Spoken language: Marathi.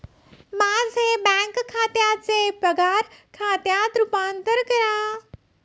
माझे बँक खात्याचे पगार खात्यात रूपांतर करा